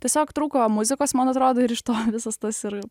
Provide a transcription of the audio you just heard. tiesiog trūko muzikos man atrodo ir iš to visas tas ir